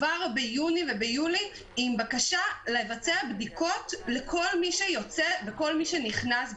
באנו כבר ביוני וביולי עם בקשה לבצע בדיקות לכל מי שיוצא וכל מי שנכנס,